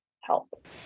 help